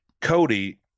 Cody